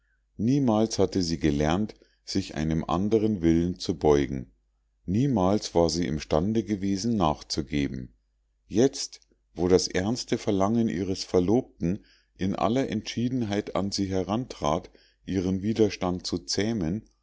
niemals hatte sie gelernt sich einem andern willen zu beugen niemals war sie im stande gewesen nachzugeben jetzt wo das ernste verlangen ihres verlobten in aller entschiedenheit an sie herantrat ihren widerstand zu zähmen